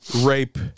Rape